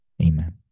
amen